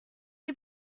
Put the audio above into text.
you